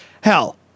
hell